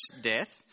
death